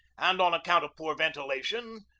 and, on account of poor ven tilation,